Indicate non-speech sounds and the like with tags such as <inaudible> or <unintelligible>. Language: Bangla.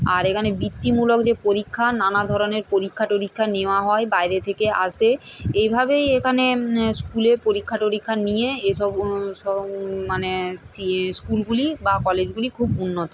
আর এখানে বৃত্তিমূলক যে পরীক্ষা নানা ধরনের পরীক্ষা টরিক্ষা নেওয়া হয় বাইরে থেকে আসে এইভাবেই এখানে স্কুলে পরীক্ষা টরিক্ষা নিয়ে এসব <unintelligible> মানে <unintelligible> স্কুলগুলি বা কলেজগুলি খুব উন্নত